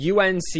UNC